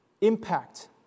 impact